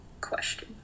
question